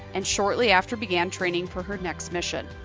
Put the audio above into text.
and shortly after began training for her next mission.